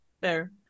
Fair